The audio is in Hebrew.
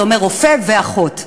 זה אומר רופא ואחות.